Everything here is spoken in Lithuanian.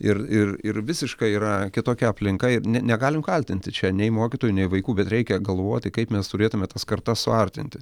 ir ir ir visiškai yra kitokia aplinka negalim kaltinti čia nei mokytojų nei vaikų bet reikia galvoti kaip mes turėtume tas kartas suartinti